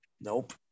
Nope